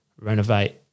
renovate